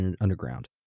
underground